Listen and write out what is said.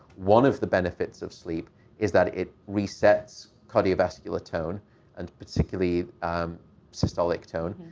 one of the benefits of sleep is that it resets cardiovascular tone and particularly systolic tone.